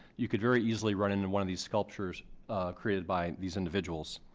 you could very easily run into one of these sculptures created by these individuals.